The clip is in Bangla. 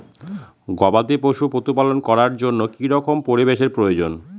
গবাদী পশু প্রতিপালন করার জন্য কি রকম পরিবেশের প্রয়োজন?